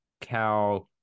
cow